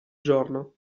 giorno